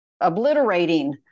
obliterating